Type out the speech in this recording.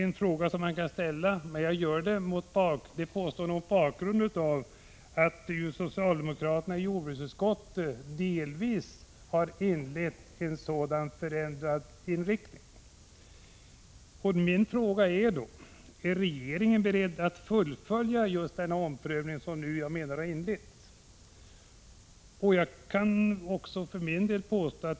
Eftersom socialdemokraterna i jordbruksutskottet visat tecken på en sådan förändrad inställning vill jag fråga jordbruksministern: Är regeringen beredd att fullfölja den omprövning som jag menar nu har inletts?